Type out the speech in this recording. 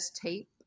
tape